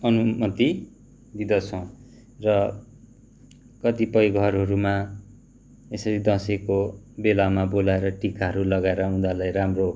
अनुमति दिदँछौँ र कतिपय घरहरूमा यसरी दसैँको बेलामा बोलाएर टिकाहरू लगाएर उनीहरूलाई राम्रो